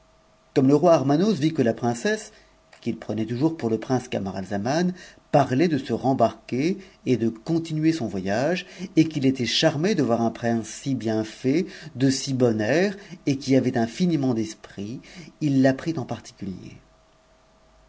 comme le roi armanos vit que la incesse qu'il prenait toujours pour le prince camaralzaman parlait embarquer et de continuer son voyage et qu'il était charmé de nirun prince si bien fait de si bon air et qui avait inûniment d'es a prit en particulier